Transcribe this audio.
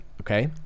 Okay